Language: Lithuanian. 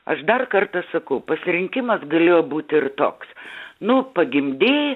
aš dar kartą sakau pasirinkimas galėjo būti ir toks nu pagimdei